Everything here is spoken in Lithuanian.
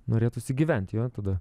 norėtųsi gyventi jo tada